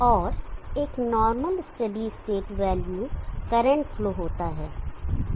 और एक normal inductance steady state value current flow होता है